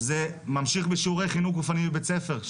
ממשיך בשיעורי חינוך גופני בבית-ספר,